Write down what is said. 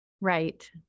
Right